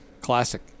classic